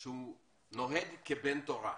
שהוא נוהג כבן תורה.